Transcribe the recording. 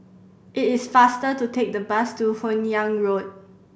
it is faster to take the bus to Hun Yeang Road